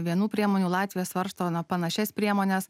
vienų priemonių latvija svarsto na panašias priemones